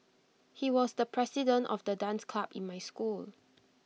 he was the president of the dance club in my school